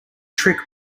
trick